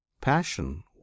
passion